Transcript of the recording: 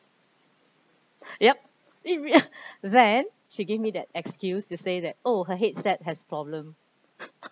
yup it real~ then she gave me that excuse to say that oh her headset has problem